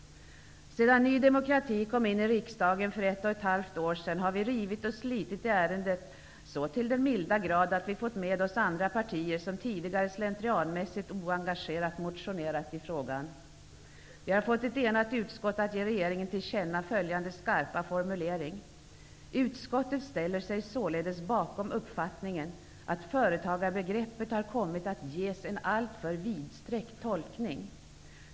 Sedan Ny demokrati kom in i riksdagen för ett och ett halvt år sedan har vi rivit och slitit i ärendet så till den milda grad att vi fått med oss andra partier, som tidigare slentrianmässigt, oengagerat motionerat i frågan. Vi har fått ett enat utskott att ge regeringen till känna följande skarpa formulering: ''Utskottet ställer sig således bakom uppfattningen att företagarbegreppet har kommit att ges en alltför vidsträckt tolkning.